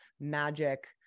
magic